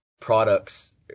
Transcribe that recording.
products